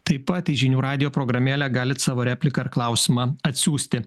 taip pat žinių radijo programėle galite savo repliką ar klausimą atsiųsti